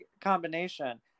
combination